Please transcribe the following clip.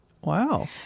Wow